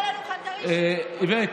איווט.